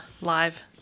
live